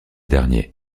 derniers